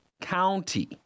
County